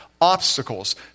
obstacles